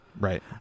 right